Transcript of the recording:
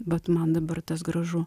bet man dabar tas gražu